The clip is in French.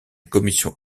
commission